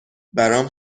برام